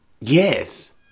Yes